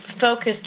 focused